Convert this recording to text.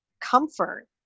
comfort